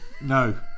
no